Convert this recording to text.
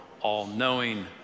all-knowing